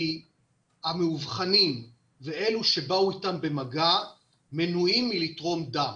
כי המאובחנים ואלה שבאו איתם במגע מנועים מלתרום דם.